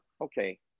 Okay